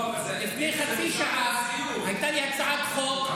לפני חצי שעה הייתה לי הצעת חוק,